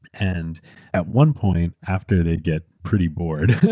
and at one point, after they get pretty bored,